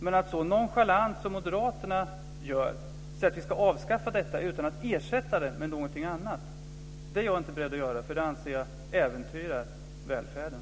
Men att så nonchalant som moderaterna gör säga att vi ska avskaffa detta utan att ersätta det med någonting annat är jag inte beredd att göra, eftersom jag anser att det äventyrar välfärden.